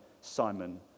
Simon